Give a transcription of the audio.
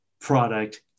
product